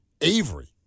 Avery